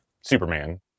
Superman